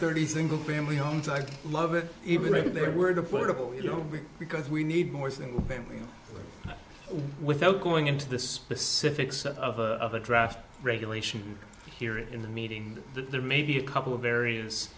thirty single family homes i love it even if they're worried affordable you know because we need more single family without going into the specifics of a of a draft regulation here in the meeting that there may be a couple of areas